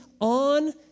on